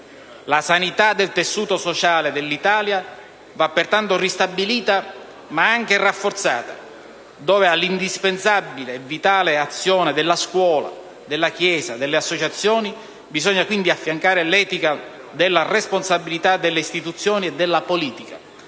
La sanità del tessuto sociale dell'Italia va pertanto ristabilita, ma anche rafforzata; all'indispensabile e vitale azione della scuola, della Chiesa, delle associazioni, bisogna quindi affiancare l'etica della responsabilità delle istituzioni e della politica.